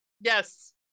Yes